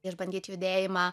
išbandyt judėjimą